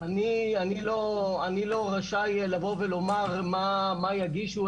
אני לא רשאי לבוא ולומר מה יגישו,